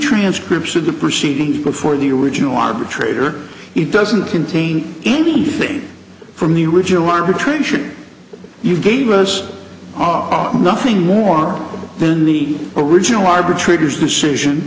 transcripts of the proceedings before the original arbitrator it doesn't contain anything from the original arbitration you gave us are nothing warm then the original arbitrator's decision